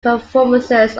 performances